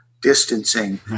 distancing